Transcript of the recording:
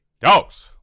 dogs